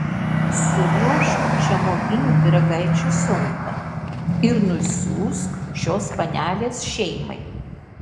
suruošk žemuoginių pyragaičių siuntą ir nusiųsk šios panelės šeimai